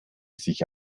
sich